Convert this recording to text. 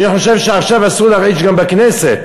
אני חושב שעכשיו אסור להרעיש גם בכנסת.